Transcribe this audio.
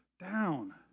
Down